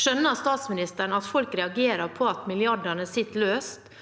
Skjønner statsministeren at folk reagerer på at milliardene sitter løst